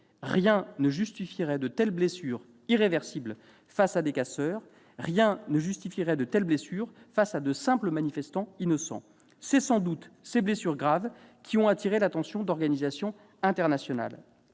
Rien ne justifierait de telles blessures irréversibles face à des casseurs ; rien ne justifierait de telles blessures face à de simples manifestants innocents. C'est sans doute ces blessures graves qui ont attiré l'attention d'organisations internationales.